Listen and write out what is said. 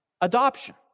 adoption